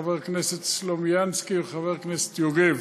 חבר הכנסת סלומינסקי וחבר הכנסת יוגב.